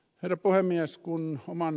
herra puhemies